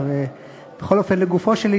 אבל הם דברים שיכולים להיות בהכרח בסמכותו של המשרד